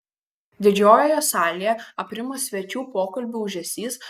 didžiojoje salėje aprimo svečių pokalbių ūžesys